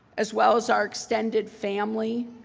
as well as our extended family,